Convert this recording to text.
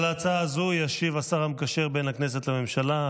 על ההצעה הזו ישיב השר המקשר בין הכנסת לממשלה,